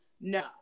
No